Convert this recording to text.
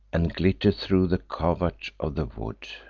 and glitter'd thro' the covert of the wood,